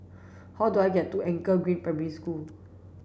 how do I get to Anchor Green Primary School